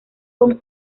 con